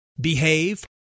behave